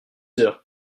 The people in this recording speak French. heures